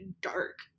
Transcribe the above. dark